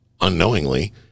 unknowingly